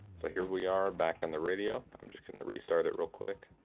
so, here we are back on the radio. i'm just gonna restart it real quick.